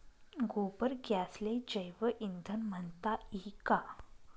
गोबर गॅसले जैवईंधन म्हनता ई का?